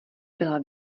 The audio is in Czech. byla